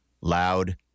loud